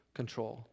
control